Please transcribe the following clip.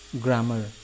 grammar